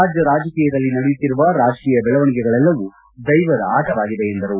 ರಾಜ್ಯ ರಾಜಕೀಯದಲ್ಲಿ ನಡೆಯುತ್ತಿರುವ ರಾಜಕೀಯ ಬೆಳವಣಿಗೆಗಳೆಲ್ಲವೂ ದೈವದ ಆಟವಾಗಿದೆ ಎಂದರು